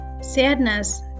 sadness